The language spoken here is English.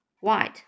White